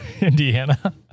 Indiana